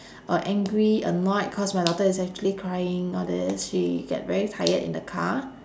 uh angry annoyed cause my daughter is actually crying all this she get very tired in the car